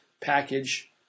package